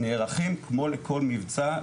נערכים כמו לכל מבצע,